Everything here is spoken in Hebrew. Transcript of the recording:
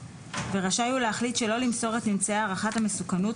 ורשאי הוא להחליט שלא למסור את ממצאי הערכת המסוכנות,